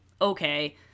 Okay